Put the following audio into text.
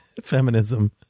feminism